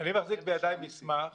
אני מחזיק בידיי מסמך